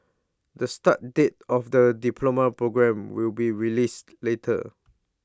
the start date of the diploma programme will be released later